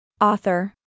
Author